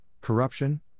corruption